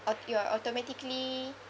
aut~ you're automatically